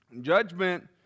Judgment